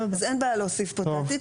אז אין בעיה להוסיף פה תעתיק,